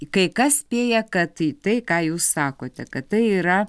kai kas spėja kad tai ką jūs sakote kad tai yra